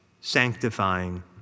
sanctifying